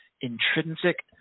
intrinsic